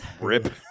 rip